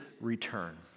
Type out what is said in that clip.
return